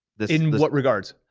this in what regards?